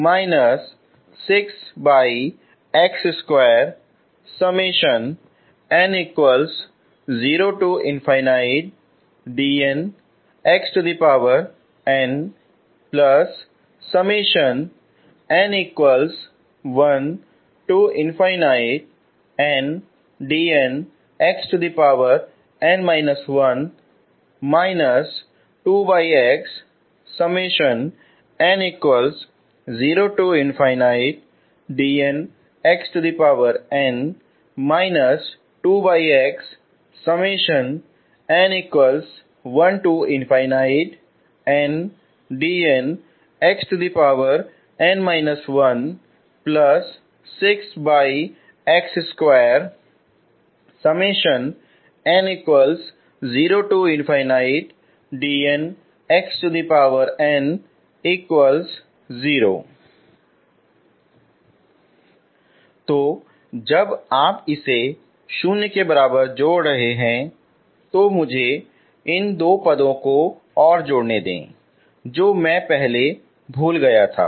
तो अब यह है तो जब आप इसे 0 के बराबर जोड़ रहे हैं तो मुझे इन दो पदों को जोड़ने दें जो मैं पहले भूल गया था